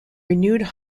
renewed